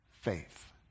faith